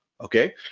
Okay